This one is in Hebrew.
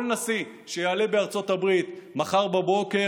כל נשיא שיעלה בארצות הברית מחר בבוקר